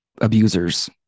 abusers